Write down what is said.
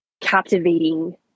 captivating